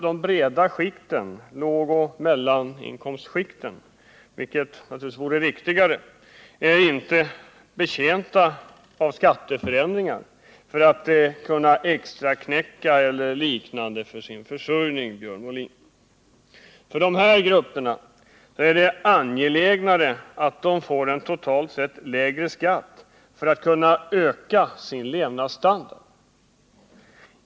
De breda skikten, lågoch mellaninkomstskikten, är inte betjänta av skatteförändringar för att kunna extraknäcka för sin försörjning, Björn Molin. För dessa grupper är det angelägnare att de får en totalt sett lägre skatt för att kunna höja sin levnadsstandard.